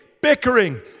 bickering